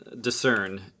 discern